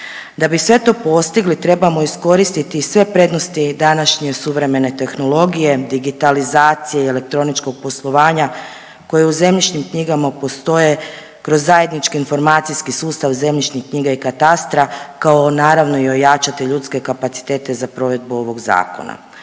Da bi sve to postigli trebamo iskoristiti sve prednosti današnje suvremene tehnologije, digitalizacije elektroničkog poslovanja koje u zemljišnim knjigama postoje kroz zajednički informacijski sustav zemljišnih knjiga i katastra kao naravno i ojačati ljudske kapacitete za provedbu ovog zakona.